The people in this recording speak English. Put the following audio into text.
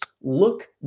look